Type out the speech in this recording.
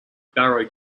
barrow